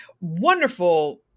wonderful